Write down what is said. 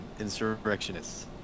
insurrectionists